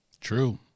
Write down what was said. True